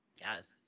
Yes